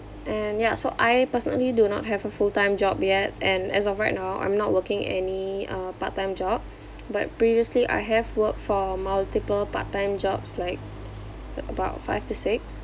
and ya so I personally do not have a full-time job yet and as of right now I'm not working any uh part-time job but previously I have worked for multiple part-time jobs like about five to six